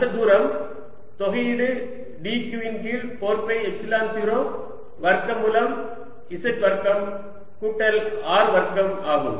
அந்த தூரம் தொகையீடு dq இன் கீழ் 4 பை எப்சிலன் 0 வர்க்கமூலம் z வர்க்கம் கூட்டல் R வர்க்கம் ஆகும்